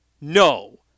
No